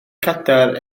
cadair